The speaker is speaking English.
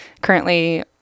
currently